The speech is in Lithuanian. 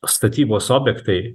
statybos objektai